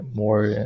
more